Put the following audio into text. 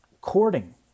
courting